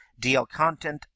dlcontent